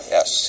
Yes